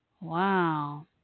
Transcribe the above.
wow